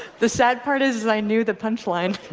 the sad part is that i knew the punchline.